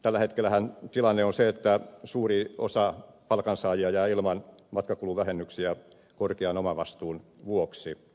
tällä hetkellähän tilanne on se että suuri osa palkansaajia jää ilman matkakuluvähennyksiä korkean omavastuun vuoksi